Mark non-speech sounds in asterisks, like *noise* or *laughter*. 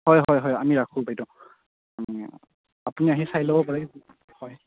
হয় হয় হয় আমি ৰাখো বাইদেউ *unintelligible* আপুনি আহি চাই ল'ব পাৰে হয়